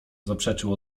zaprzeczył